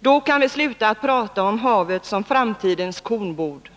Då kan vi sluta att prata om havet som framtidens kornbod.